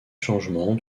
changements